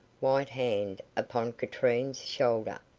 white hand upon katrine's shoulder,